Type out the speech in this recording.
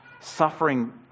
suffering